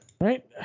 Right